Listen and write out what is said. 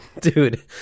Dude